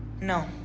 no.